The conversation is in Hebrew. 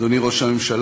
אדוני ראש הממשלה,